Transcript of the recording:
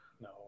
No